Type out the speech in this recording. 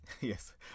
Yes